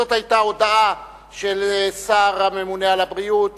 זאת היתה ההודעה של השר הממונה על הבריאות,